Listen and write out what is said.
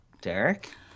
Derek